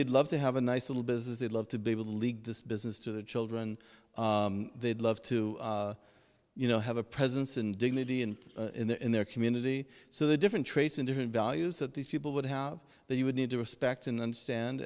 they'd love to have a nice little business they'd love to be able to lead this business to the children they'd love to you know have a presence and dignity and in their community so the different traits in different values that these people would have that you would need to respect and understand